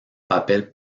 papel